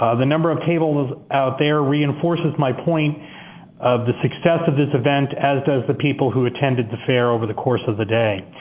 the number of tables out there reinforces my point of the success of this event, as does the people who attended the fair over the course of the day.